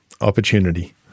opportunity